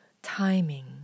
timing